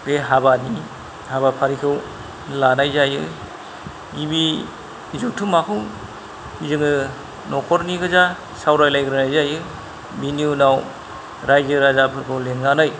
बे हाबानि हाबाफारिखौ लानाय जायो गिबि जथुमाखौ जोङो न'खरनि गोजा सावरायलायग्रोनाय जायो बेनि उनाव रायजो राजाफोरखौ लेंनानै